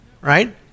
right